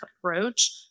approach